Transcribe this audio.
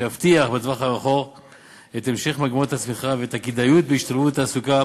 שיבטיח בטווח הרחוק את המשך מגמות הצמיחה ואת הכדאיות בהשתלבות בתעסוקה